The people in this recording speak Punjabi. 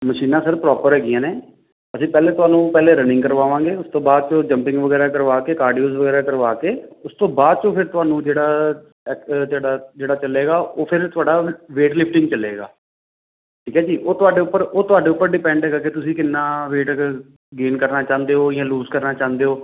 ਮਸ਼ੀਨਾਂ ਸਰ ਪ੍ਰੋਪਰ ਹੈਗੀਆਂ ਨੇ ਅਸੀਂ ਪਹਿਲਾਂ ਤੁਹਾਨੂੰ ਪਹਿਲਾਂ ਰਨਿੰਗ ਕਰਵਾਵਾਂਗੇ ਉਸ ਤੋਂ ਬਾਅਦ 'ਚ ਜੰਪਿੰਗ ਵਗੈਰਾ ਕਰਵਾ ਕੇ ਕਾਰਡੀਓਜ਼ ਵਗੈਰਾ ਕਰਵਾ ਕੇ ਉਸ ਤੋਂ ਬਾਅਦ 'ਚੋਂ ਫਿਰ ਤੁਹਾਨੂੰ ਜਿਹੜਾ ਜਿਹੜਾ ਜਿਹੜਾ ਚੱਲੇਗਾ ਉਹ ਫਿਰ ਤੁਹਾਡਾ ਵੇਟ ਲਿਫਟਿੰਗ ਚੱਲੇਗਾ ਠੀਕ ਹੈ ਜੀ ਉਹ ਤੁਹਾਡੇ ਉੱਪਰ ਉਹ ਤੁਹਾਡੇ ਉੱਪਰ ਡਿਪੈਂਡ ਹੈਗਾ ਕਿ ਤੁਸੀਂ ਕਿੰਨਾ ਵੇਟ ਗ ਗੇਨ ਕਰਨਾ ਚਾਹੁੰਦੇ ਹੋ ਜਾਂ ਲੂਜ ਕਰਨਾ ਚਾਹੁੰਦੇ ਹੋ